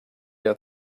had